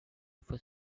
for